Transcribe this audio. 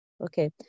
okay